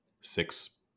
six